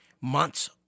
months